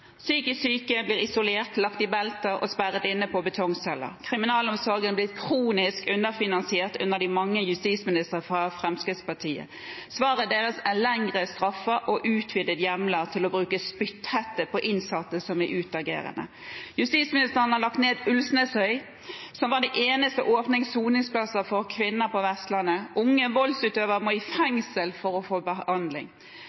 Psykisk syke blir isolert, lagt i belter og sperret inne på betongceller. Kriminalomsorgen er blitt kronisk underfinansiert under de mange justisministre fra Fremskrittspartiet. Svaret deres er lengre straffer og utvidede hjemler til å bruke spytthette på innsatte som er utagerende. Justisministeren har lagt ned Ulvsnesøy, som hadde de eneste åpne soningsplassene for kvinner på Vestlandet. Unge voldsutøvere må i